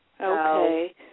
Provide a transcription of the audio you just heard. Okay